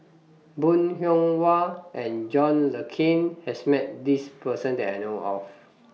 Bong Hiong Hwa and John Le Cain has Met This Person that I know of